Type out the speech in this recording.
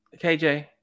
KJ